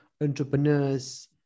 entrepreneurs